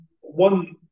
one